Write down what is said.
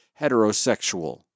heterosexual